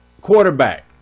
Quarterback